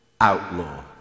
outlaw